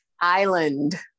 Island